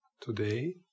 Today